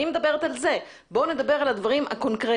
אני מדברת על זה, בואו נדבר על הדברים הקונקרטיים.